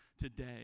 today